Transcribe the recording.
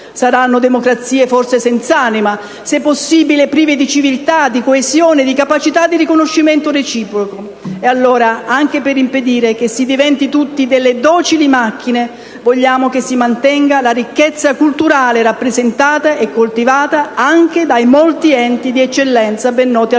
Saranno democrazie forse senz'anima, se possibile, prive di civiltà, di coesione, di capacità di riconoscimento reciproco. Ed allora, anche per impedire che si diventi tutti delle «docili macchine», vogliamo che si mantenga la ricchezza culturale rappresentata e coltivata anche dai molti enti di eccellenza ben noti al pubblico.